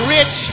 Rich